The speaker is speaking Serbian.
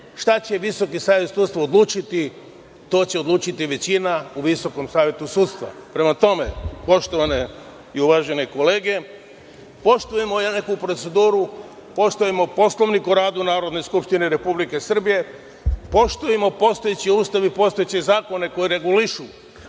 će Visoki savet sudstva odlučiti, to će odlučiti većina u Visokom savetu sudstva. Prema tome, poštovane i uvažene kolege, poštujemo neku proceduru, poštujemo Poslovnik o radu Narodne skupštine Republike Srbije, poštujmo postojeći Ustav i postojeće zakone koji regulišu